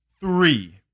Three